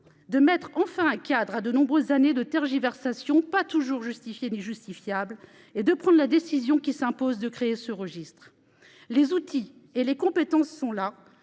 de mettre enfin un cadre à de nombreuses années de tergiversations pas toujours justifiées ni justifiables et de prendre la décision qui s'impose. Les outils et les compétences sont là.